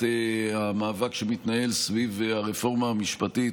המאבק שמתנהל סביב הרפורמה המשפטית,